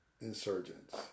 insurgents